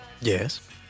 Yes